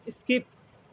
skip